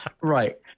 Right